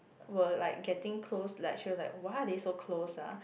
were like getting close like she was like why are they so close ah